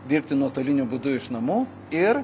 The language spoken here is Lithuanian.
dirbti nuotoliniu būdu iš namų ir